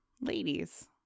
ladies